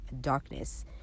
darkness